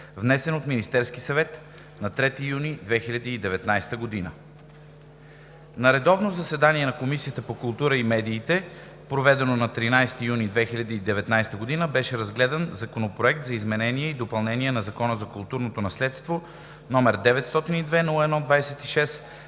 внесен от Министерския съвет на 3 юни 2019 г. На редовно заседание на Комисията по културата и медиите, проведено на 13 юни 2019 г., беше разгледан Законопроект за изменение и допълнение на Закона за културното наследство, № 902-01-26,